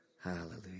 Hallelujah